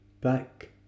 back